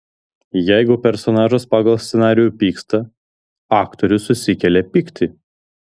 jeigu personažas pagal scenarijų pyksta aktorius susikelia pyktį